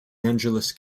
angeles